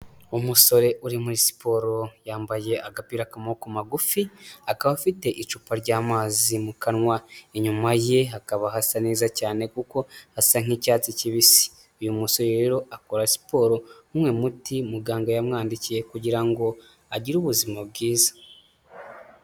Umusore uri muri siporo yambaye agapira k'amoboko magufi akaba afite icupa ry'amazi mu kanwa inyuma ye hakaba hasa neza cyane kuko hasa nk'icyatsi kibisi, uyu musore rero akora siporo umwe muti muganga yamwandikiye kugira ngo agire ubuzima bwiza.